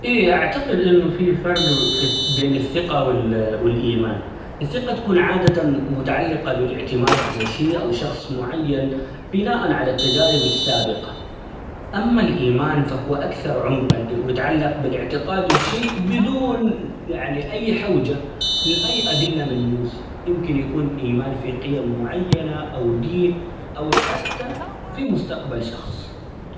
إيه أعتقد إنه في فرق -فالث- بين الثقة و ال والإيمان ،الثقة تكون عادةً -م - متعلقة بالإعتماد على شيء، أو شخص معين بناءًا على التجارب السابقة، أما الإيمان فهو أكثر عمقًا، ويتعلق بالإعتقاد بشيء بدون يعنى أى حوجة لأى أدلة ملموسة ،يمكن يكون إيمان في قيم معينة ،أو دين ،أو حتى فى مستقبل شخص.